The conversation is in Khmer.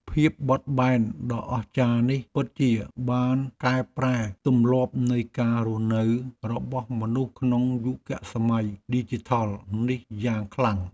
ភាពបត់បែនដ៏អស្ចារ្យនេះពិតជាបានកែប្រែទម្លាប់នៃការរស់នៅរបស់មនុស្សក្នុងយុគសម័យឌីជីថលនេះយ៉ាងខ្លាំង។